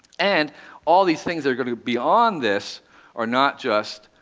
and all these things that are going to be on this are not just